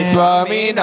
Swami